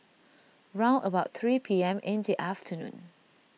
round about three P M in the afternoon